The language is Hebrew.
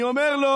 אני אומר לו: